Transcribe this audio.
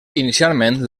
inicialment